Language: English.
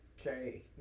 Okay